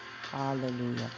Hallelujah